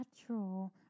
natural